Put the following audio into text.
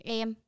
em